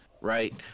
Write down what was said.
right